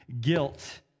guilt